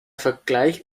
vergleich